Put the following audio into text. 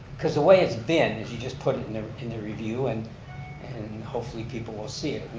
because the way it's been is you just put it in the in the review and and hopefully people will see it.